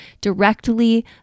directly